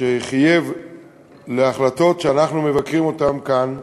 שחייב החלטות שאנחנו מבקרים אותן כאן.